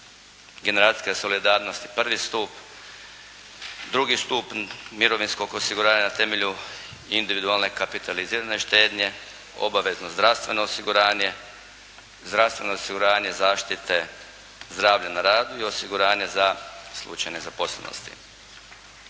generacijske solidarnosti prvi stup. Drugi stup mirovinskog osiguranja na temelju individualne kapitalizirane štednje, obavezno zdravstveno osiguranje, zdravstveno osiguranje zaštite zdravlja na radu i osiguranje za slučaj nezaposlenosti.